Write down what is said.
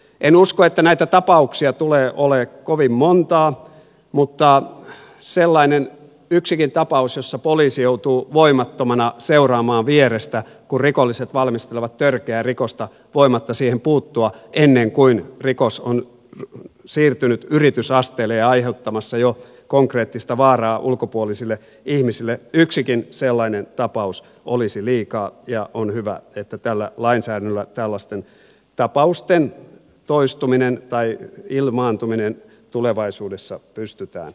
en usko että näitä tapauksia tulee olemaan kovin montaa mutta yksikin sellainen tapaus jossa poliisi joutuu voimattomana seuraamaan vierestä kun rikolliset valmistelevat törkeää rikosta voimatta siihen puuttua ennen kuin rikos on siirtynyt yritysasteelle ja aiheuttamassa jo konkreettista vaaraa ulkopuolisille ihmisille olisi liikaa ja on hyvä että tällä lainsäädännöllä tällaisten tapausten toistuminen tai ilmaantuminen tulevaisuudessa pystytään estämään